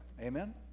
amen